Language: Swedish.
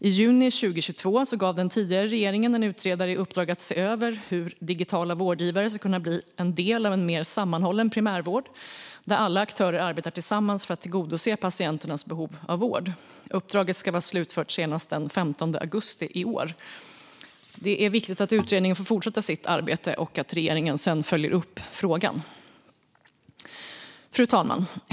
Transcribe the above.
I juni 2022 gav den tidigare regeringen en utredare i uppdrag att se över hur digitala vårdgivare ska kunna bli en del av en mer sammanhållen primärvård där alla aktörer arbetar tillsammans för att tillgodose patienternas behov av vård. Uppdraget ska vara slutfört senast den 15 augusti i år. Det är viktigt att utredningen får fortsätta sitt arbete och att regeringen sedan följer upp frågan. Fru talman!